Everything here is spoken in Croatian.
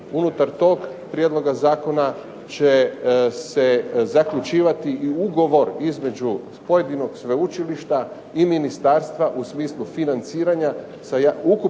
Unutar tog prijedloga zakona će se zaključivati i ugovor između pojedinog sveučilišta i ministarstva u smislu financiranja,